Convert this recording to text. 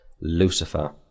Lucifer